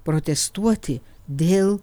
protestuoti dėl